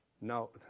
No